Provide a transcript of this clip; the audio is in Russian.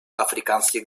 африканских